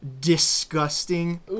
disgusting